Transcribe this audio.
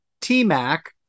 T-Mac